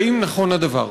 האם נכון הדבר?